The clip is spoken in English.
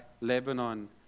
Lebanon